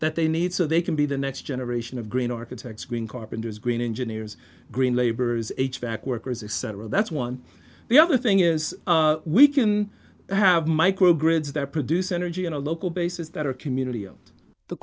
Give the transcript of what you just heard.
that they need so they can be the next generation of green architects green carpenters green engineers green laborers h back workers etc that's one the other thing is we can have micro grid there produce energy in a local basis that our community or the